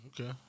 Okay